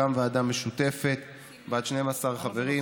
תוקם ועדה משותפת בת 12 חברים,